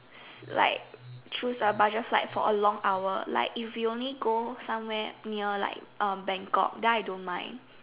like choose a budget flight for a long hour like if you only go some where near like um Bangkok then I don't mind